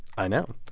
i know.